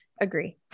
Agree